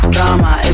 Drama